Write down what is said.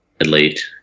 elite